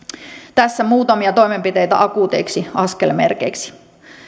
tässä muutamia toimenpiteitä akuuteiksi askelmerkeiksi